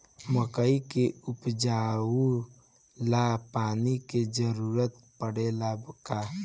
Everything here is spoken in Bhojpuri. मकई के उपजाव ला पानी के जरूरत परेला का?